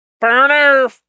Burner